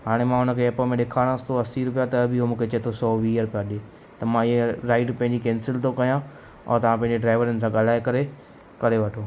हाणे मां उन खे ऐप में ॾेखारियांसि थो असीं रुपिया त बि उहो मूंखे चए थो सौ वीह रुपिया ॾिए त मां इहो राइड पंहिंजी कैंसिल थो कयां औरि तव्हां पंहिंजे ड्राइवरनि सां ॻाल्हाए करे करे वठो